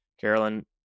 Carolyn